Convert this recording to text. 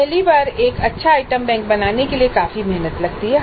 पहली बार अच्छा आइटम बैंक बनाने में काफी मेहनत लगती है